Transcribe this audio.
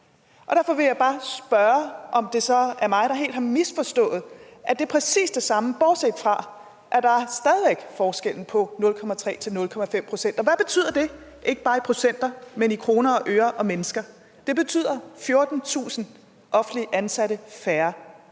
Derfor vil jeg bare spørge, om det så er mig, der har misforstået det, nemlig at det er præcis det samme, bortset fra at der stadig væk er forskellen mellem 0,3 pct. og 0,5 pct. Hvad betyder det – og ikke bare i procenter, men i kroner og øre og mennesker? Det betyder 14.000 færre offentligt ansatte; det